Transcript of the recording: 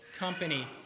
company